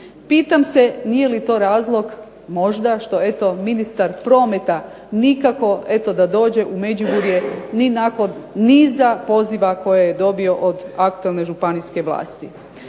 Pitam se nije li to razlog što ministar prometa nikako eto da dođe u Međimurje ni nakon niza poziva koji je dobio od aktualne županijske vlasti.